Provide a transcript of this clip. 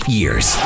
years